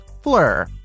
Fleur